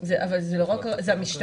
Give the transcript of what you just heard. אבל זו המשטרה.